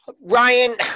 Ryan